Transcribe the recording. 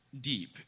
deep